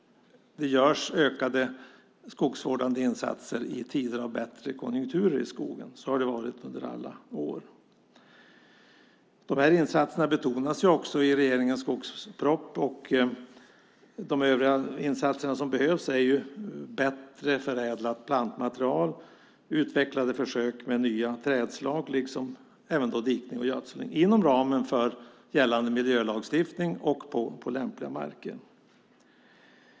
Det görs ökade skogsvårdande insatser i skogen i tider av bättre konjunkturer. Så har det varit under alla år. De här insatserna betonas också i regeringens skogsproposition. De övriga insatser som behövs är bättre förädlat plantmaterial, utvecklade försök med nya trädslag liksom även dikning och gödsling inom ramen för gällande miljölagstiftning och på lämpliga marker.